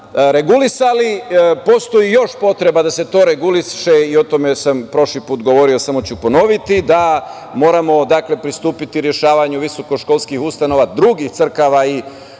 regulisali. Postoji još potreba da se to reguliše, i o tome sam prošli put govorio, samo ću ponoviti – da moramo pristupiti rešavanju visokoškolskih ustanova drugih